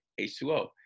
H2O